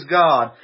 god